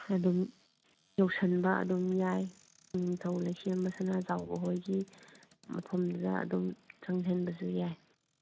ꯑꯗꯨꯝ ꯌꯧꯁꯟꯕ ꯑꯗꯨꯝ ꯌꯥꯏ ꯏꯅꯤꯡꯊꯧ ꯂꯩꯁꯦꯝꯕ ꯁꯅꯥꯖꯥꯎꯕ ꯍꯣꯏꯒꯤ ꯃꯐꯝꯗꯨꯗ ꯑꯗꯨꯝ ꯁꯪꯁꯟꯕꯗꯨ ꯌꯥꯏ